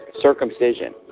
Circumcision